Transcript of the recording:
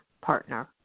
partner